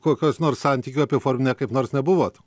kokios nors santykių apiforminę kaip nors nebuvot